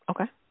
okay